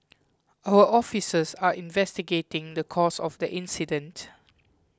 our officers are investigating the cause of the incident